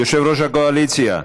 יושב-ראש הקואליציה,